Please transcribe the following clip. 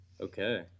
Okay